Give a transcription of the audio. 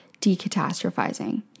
decatastrophizing